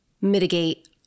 mitigate